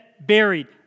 buried